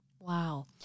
wow